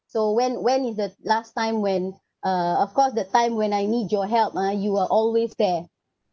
so when when is the last time when uh of course the time when I need your help ah you are always there